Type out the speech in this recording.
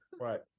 Right